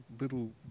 little